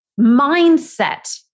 mindset